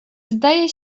zdaje